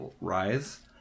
rise